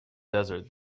desert